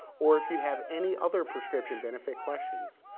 or if you have any other prescription benefit questions,